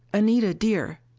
anita dear.